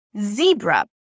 zebra